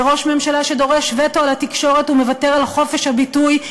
זה ראש ממשלה שדורש וטו על התקשורת ומוותר על חופש הביטוי,